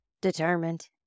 Determined